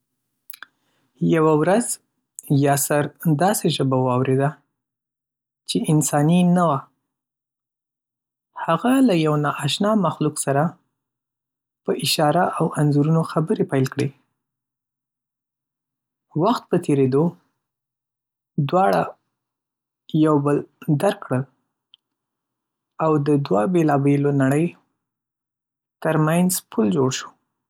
یوه ورځ یاسر داسې ژبه واورېده چې انساني نه وه. هغه له یو ناشنا مخلوق سره په اشاره او انځورونو خبرې پیل کړې. وخت په تېرېدو، دواړه یو بل درک کړل او د دوو بیلابیلو نړۍو ترمنځ پُل جوړ شو.